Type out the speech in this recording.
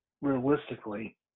realistically